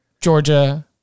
Georgia